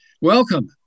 welcome